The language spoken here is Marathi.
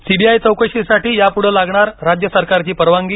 सीबीआय चौकशीसाठी यापूढे लागणार राज्य सरकारची परवानगी